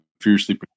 fiercely